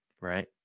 right